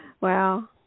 Wow